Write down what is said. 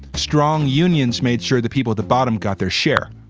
strong unions made sure the people at the bottom got their share